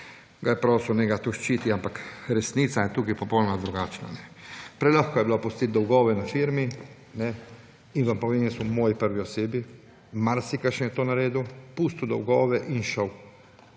ga je prosil, naj ga tukaj ščiti, ampak resnica je tukaj popolnoma drugačna. Prelahko je bilo pustiti dolgove na firmi in vam povem jaz v moji prvi osebi, marsikdo je to naredil, pustil dolgove in šel.